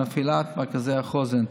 המפעילה את מרכזי החוסן.